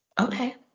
Okay